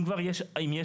אם יש אפליה,